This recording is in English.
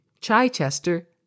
Chichester